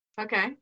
Okay